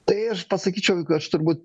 tai aš pasakyčiau aš turbūt